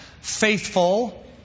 Faithful